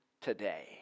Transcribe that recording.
today